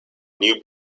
new